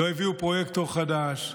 לא הביאו פרויקטור חדש,